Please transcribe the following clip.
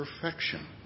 perfection